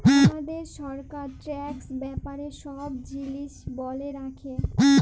হামাদের সরকার ট্যাক্স ব্যাপারে সব জিলিস ব্যলে রাখে